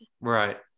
Right